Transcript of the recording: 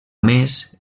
més